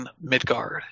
Midgard